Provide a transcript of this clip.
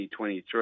2023